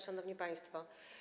Szanowni Państwo!